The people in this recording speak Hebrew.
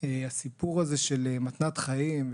הסיפור הזה של מתנת חיים,